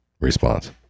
response